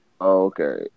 Okay